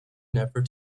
never